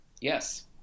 Yes